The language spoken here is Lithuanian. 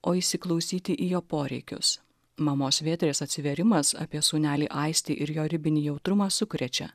o įsiklausyti į jo poreikius mamos vėtrės atsivėrimas apie sūnelį aistį ir jo ribinį jautrumą sukrečia